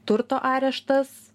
turto areštas